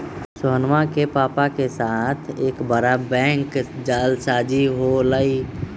सोहनवा के पापा के साथ एक बड़ा बैंक जालसाजी हो लय